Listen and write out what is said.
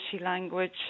language